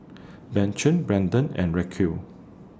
Beecher Brendon and Raquel